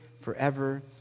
forever